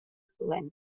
zuen